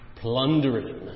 Plundering